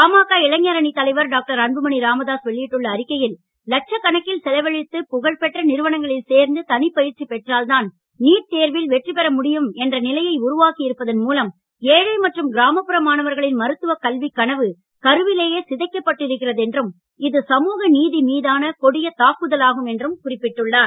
பாமக இளைஞரணி தலைவர் டாக்டர் அன்புமணி ராமதாஸ் வெளியிட்டுள்ள அறிக்கையில் லட்சக்கணக்கில் செலவழித்து புகழ்பெற்ற நிறுவனங்களில் சேர்ந்து தனிப்பயிற்சி பெற்றால்தான் நீட் தேர்வில் வெற்றிபெற முடியும் என்ற நிலையை உருவாக்கியிருப்பதன் மூலம் ஏழை மற்றும் கிராமப்புற மாணவர்களின் மருத்துவக் கல்விக் கனவு கருவிலேயே சிதைக்கப்பட்டிருக்கிறது என்றும் இது சமூக நீதி மீதான கொடிய தாக்குதலாகும் என்றும் குறிப்பிட்டுள்ளார்